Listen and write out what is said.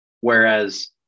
Whereas